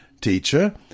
Teacher